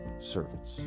servants